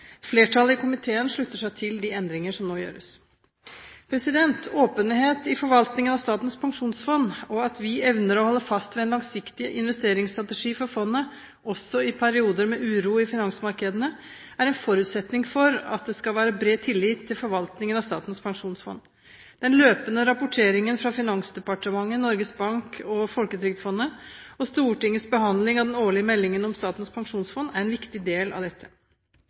Flertallet i komiteen slutter seg til de endringer som nå gjøres. Åpenhet i forvaltningen av Statens pensjonsfond og at vi evner å holde fast ved en langsiktig investeringsstrategi for fondet, også i perioder med uro i finansmarkedene, er en forutsetning for at det skal være bred tillit til forvaltningen av Statens pensjonsfond. Den løpende rapporteringen fra Finansdepartementet, Norges Bank og Folketrygdfondet og Stortingets behandling av den årlige meldingen om Statens pensjonsfond er en viktig del av dette.